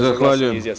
Zahvaljujem.